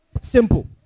simple